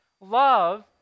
love